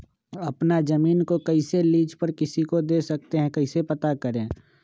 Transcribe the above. अपना जमीन को कैसे लीज पर किसी को दे सकते है कैसे पता करें?